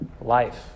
life